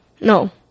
No